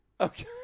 Okay